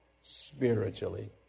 spiritually